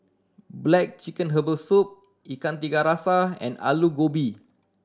black chicken herbal soup Ikan Tiga Rasa and Aloo Gobi